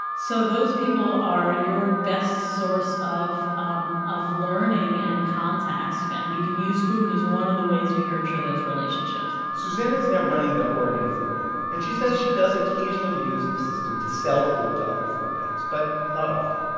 so those people are your best source of um of learning and contacts. but and you can use food as one of the ways you nurture those relationships susannah's now running the oregon food bank. and she says she does occasionally use the system to sell food to other food banks but not often.